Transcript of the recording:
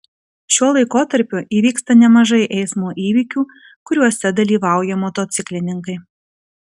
šiuo laikotarpiu įvyksta nemažai eismo įvykių kuriuose dalyvauja motociklininkai